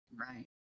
right